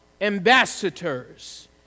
ambassadors